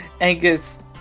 Angus